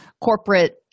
corporate